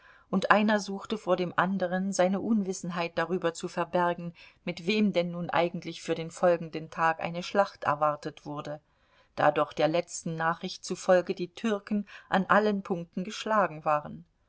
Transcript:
und einer suchte vor dem anderen seine unwissenheit darüber zu verbergen mit wem denn nun eigentlich für den folgenden tag eine schlacht erwartet wurde da doch der letzten nachricht zufolge die türken an allen punkten geschlagen waren